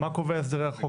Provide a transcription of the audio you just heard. מה קובע הסדר החוק?